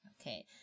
Okay